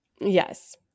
Yes